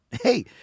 hey